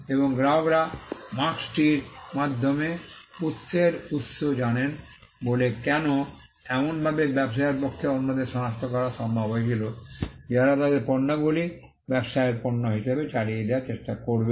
এবং গ্রাহকরা মার্ক্স্টির মাধ্যমে উত্সের উত্স জানেন বলে কেন এমনভাবে ব্যবসায়ের পক্ষে অন্যদের সনাক্ত করা সম্ভব হয়েছিল যারা তাদের পণ্যগুলি ব্যবসায়ের পণ্য হিসাবে চালিয়ে দেওয়ার চেষ্টা করবে